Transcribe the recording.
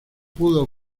pudo